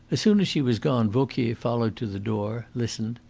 as soon as she was gone vauquier followed to the door, listened,